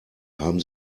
haben